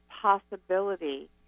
possibility